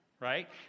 Right